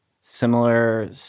similar